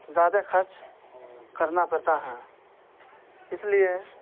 زیادہ خرچ کرنا پڑتا ہیں اس لیے